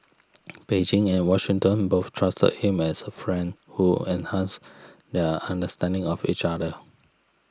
Beijing and Washington both trusted him as a friend who enhanced their understanding of each other